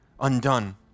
undone